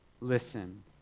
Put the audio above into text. Listen